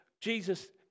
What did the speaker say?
Jesus